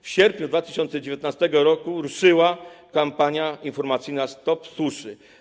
W sierpniu 2019 r. ruszyła kampania informacyjna „Stop suszy!